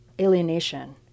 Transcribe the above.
alienation